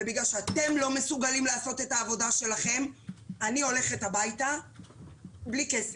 בגלל שאתם לא מסוגלים לעשות את העבודה שלכם אני הולכת הביתה בלי כסף.